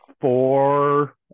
four